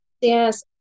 Yes